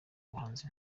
umuhanzi